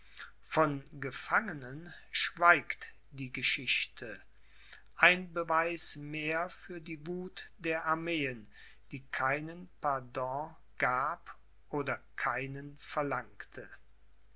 von gefangenen schweigt die geschichte ein beweis mehr für die wuth der armeen die keinen pardon gab oder keinen verlangte